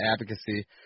advocacy